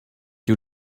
you